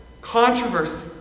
controversy